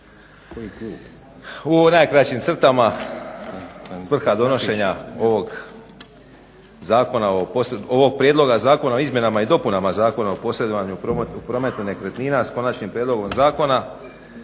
u najkraćim crtama, svrha donošenja ovog Prijedloga zakona o izmjenama i dopunama Zakona o posredovanju u prometu nekretnina s Konačnim prijedlogom zakona